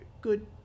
good